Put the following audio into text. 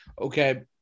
Okay